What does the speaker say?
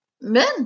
men